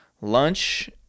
lunch